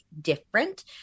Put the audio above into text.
different